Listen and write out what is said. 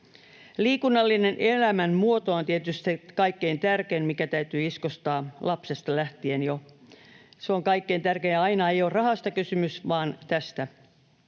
Liikunnallinen elämänmuoto on tietysti se kaikkein tärkein, mikä täytyy iskostaa lapsesta lähtien jo. Se on kaikkein tärkein. Aina ei ole rahasta kysymys vaan tästä.